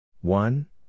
one